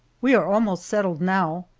we are almost settled now,